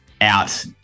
out